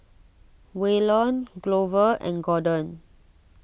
Waylon Glover and Gordon